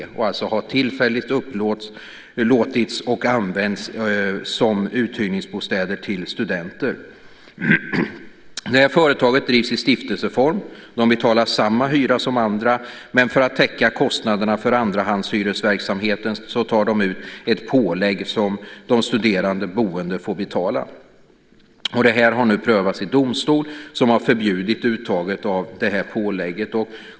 De har alltså tillfälligt upplåtits och använts som uthyrningsbostäder till studenter. Företaget drivs i stiftelseform. Man betalar samma hyra som andra, men för att täcka kostnaderna för andrahandshyresverksamheten tar man ut ett pålägg som de studerande får betala. Detta har nu prövats i domstol, som har förbjudit uttaget av pålägget.